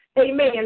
Amen